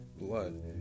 blood